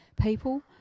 people